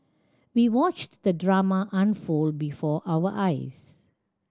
we watched the drama unfold before our eyes